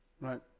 Right